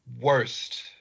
worst